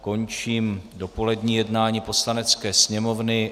Končím dopolední jednání Poslanecké sněmovny.